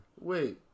Wait